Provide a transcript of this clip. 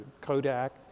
Kodak